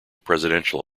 presidential